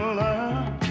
love